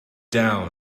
down